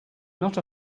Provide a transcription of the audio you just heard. not